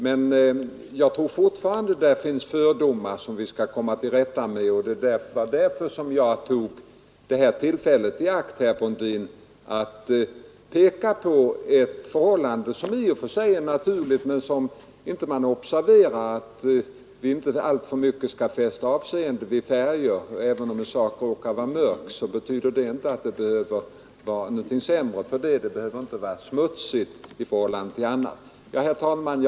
Men jag tror fortfarande att det finns fördomar på denna punkt som vi bör komma till rätta med. Det var därför jag tog detta tillfälle i akt, herr Brundin, för att peka på ett förhållande som i och för sig är naturligt men som man ofta inte observerar. Vi bör inte alltför mycket fästa avseende vid olika färger på det material som man arbetar med. Även om en sak råkar vara mörk, behöver detta inte innebära att den är sämre än någon annan sak och framför allt inte smutsig i förhållande till andra. Herr talman!